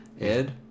ed